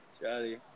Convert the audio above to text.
Charlie